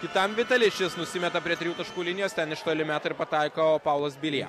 kitam vitali šis nusimeta prie trijų taškų linijos ten iš toli meta ir pataiko o paulas bilija